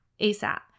ASAP